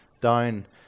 down